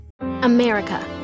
america